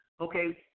okay